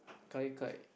Gai Gai